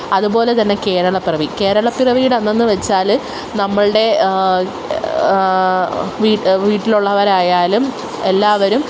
അത്പോലെ തന്നെ കേരളപ്പിറവി കേരളപ്പിറവീടന്നെന്ന് വെച്ചാൽ നമ്മളുടെ വീട്ടിലുള്ളവരായാലും എല്ലാവരും